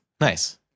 Nice